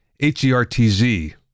H-E-R-T-Z